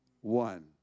one